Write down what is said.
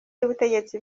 y’ubutegetsi